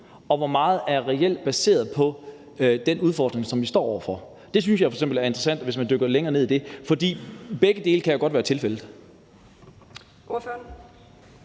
og hvor meget der reelt er baseret på den udfordring, som vi står over for. Det synes jeg f.eks. ville være interessant at dykke længere ned i, for begge dele kan jo godt være tilfældet.